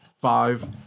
Five